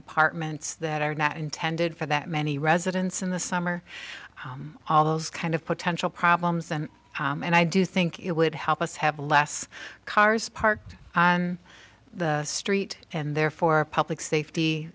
apartments that are not intended for that many residents in the summer all those kind of potential problems and and i do think it would help us have less cars parked on the street and therefore public safety